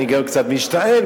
אני גם קצת משתעל.